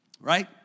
Right